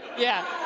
yeah.